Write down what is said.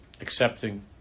accepting